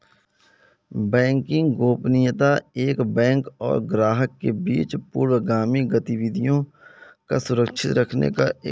banking गोपनीयता एक bank और ग्राहकों के बीच पूर्वगामी गतिविधियां सुरक्षित रखने का एक सशर्त समझौता है